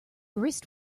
wrist